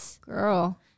girl